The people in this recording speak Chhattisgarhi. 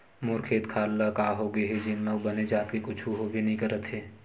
मोर खेत खार ल का होगे हे जेन म बने जात के कुछु होबे नइ करत हे